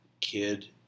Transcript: kid